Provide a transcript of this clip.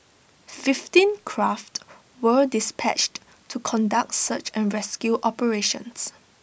fifteen craft were dispatched to conduct search and rescue operations